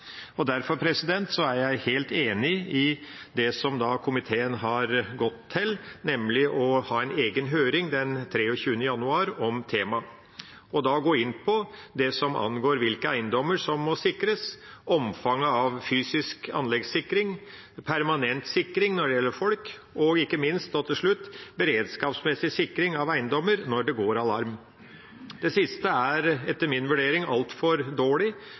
Derfor er jeg helt enig i det som komiteen har kommet til, nemlig å ha en egen høring den 23. januar om temaet og da gå inn på det som angår hvilke eiendommer som må sikres, omfanget av fysisk anleggssikring, permanent sikring når det gjelder folk, og ikke minst – til slutt – beredskapsmessig sikring av eiendommer når det går alarm. Det siste er etter min vurdering altfor dårlig.